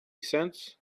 cents